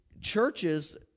Churches